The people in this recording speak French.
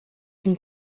son